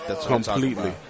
completely